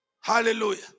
Hallelujah